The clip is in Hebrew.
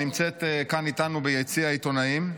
שנמצאת כאן איתנו ביציע העיתונאים.